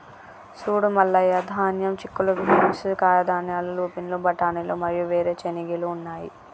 సూడు మల్లయ్య ధాన్యం, చిక్కుళ్ళు బీన్స్, కాయధాన్యాలు, లూపిన్లు, బఠానీలు మరియు వేరు చెనిగెలు ఉన్నాయి